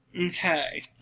Okay